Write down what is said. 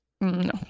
no